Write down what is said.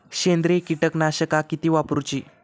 सेंद्रिय कीटकनाशका किती वापरूची?